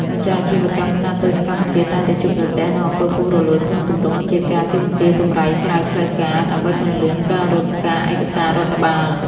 ម្ចាស់អាជីវកម្មខ្នាតតូចនៅកម្ពុជា តែងតែជួបប្រទះនឹង អំពើពុករលួយ ក្នុងទម្រង់ជាការទាមទារកម្រៃក្រៅផ្លូវការ ដើម្បីពន្លឿនការរត់ការឯកសាររដ្ឋបាល។